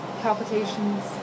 palpitations